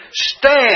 stand